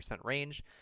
range